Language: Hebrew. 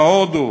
בהודו,